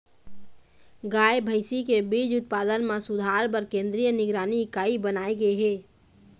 गाय, भइसी के बीज उत्पादन म सुधार बर केंद्रीय निगरानी इकाई बनाए गे हे